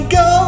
go